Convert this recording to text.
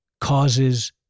causes